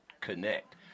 connect